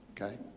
okay